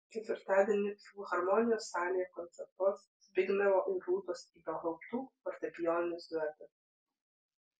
ketvirtadienį filharmonijos salėje koncertuos zbignevo ir rūtos ibelhauptų fortepijoninis duetas